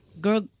girl